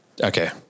Okay